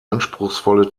anspruchsvolle